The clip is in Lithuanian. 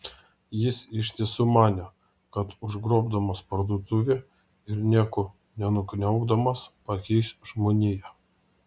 jis iš tiesų manė kad užgrobdamas parduotuvę ir nieko nenukniaukdamas pakeis žmoniją